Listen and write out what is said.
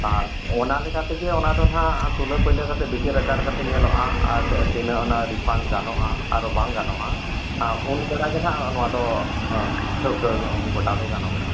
ᱟᱨ ᱚᱱᱟ ᱞᱮᱠᱟᱛᱮᱜᱮ ᱚᱱᱟ ᱫᱚ ᱱᱟᱦᱟᱸᱜ ᱛᱩᱞᱟᱹ ᱯᱟᱹᱭᱞᱟᱹ ᱠᱟᱛᱮᱫ ᱵᱤᱪᱟᱹᱨ ᱟᱪᱟᱨ ᱠᱟᱛᱮᱫ ᱧᱮᱞᱚᱜᱼᱟ ᱟᱨ ᱛᱤᱱᱟᱹᱜ ᱚᱱᱟ ᱨᱤᱯᱷᱟᱱᱰ ᱜᱟᱱᱚᱜᱼᱟ ᱟᱨ ᱵᱟᱝ ᱜᱟᱱᱚᱜᱼᱟ ᱩᱱᱵᱮᱲᱟᱜᱮ ᱱᱟᱦᱟᱸᱜ ᱱᱚᱣᱟ ᱫᱚ ᱴᱷᱟᱹᱣᱠᱟᱹ ᱜᱚᱴᱟ ᱫᱚ ᱜᱟᱱᱚᱜᱚᱜᱼᱟ